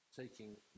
taking